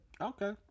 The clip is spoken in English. okay